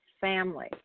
family